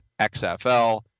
XFL